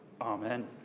Amen